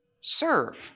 serve